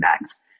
next